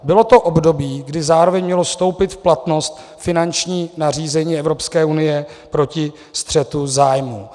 Bylo to období, kdy zároveň mělo vstoupit v platnost finanční nařízení Evropské unie proti střetu zájmů.